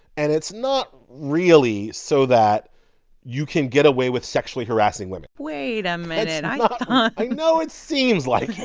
and it's not really so that you can get away with sexually harassing women wait a minute and that's not but i know it seems like